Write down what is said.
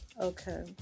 Okay